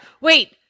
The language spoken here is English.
Wait